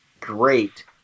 great